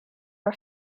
are